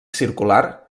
circular